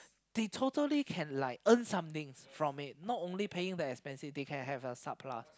they totally can like earn something from it not only paying the expensive they can have a sub lah